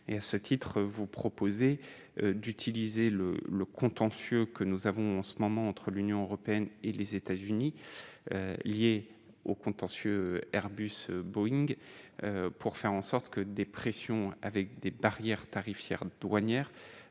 et à ce titre vous proposer d'utiliser le le contentieux que nous avons en ce moment entre l'Union européenne et les États-Unis lié au contentieux Airbus-Boeing pour faire en sorte que des pressions avec des barrières tarifaires douanières